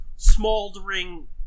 smoldering